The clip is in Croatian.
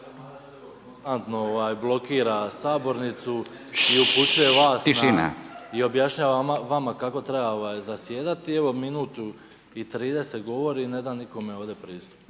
blokira sabornicu i upućuje vas na i objašnjava vama kako treba zasjedati. I evo minutu i 30 govori i ne da nikome ovdje pristup.